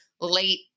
late